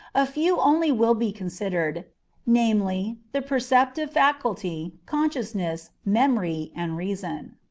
a few only will be considered namely, the perceptive faculty, consciousness, memory, and reason.